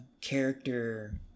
character